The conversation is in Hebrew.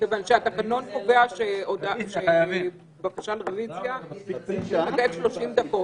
מכיוון שהתקנון קובע שבקשה לרביזיה --- 30 דקות.